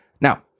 Now